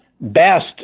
best